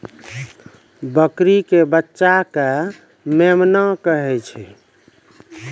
बकरी के बच्चा कॅ मेमना कहै छै